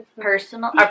personal